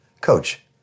coach